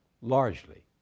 largely